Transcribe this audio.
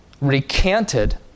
recanted